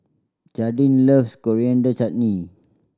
Jadyn loves Coriander Chutney